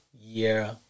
year